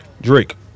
Drake